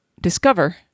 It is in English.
discover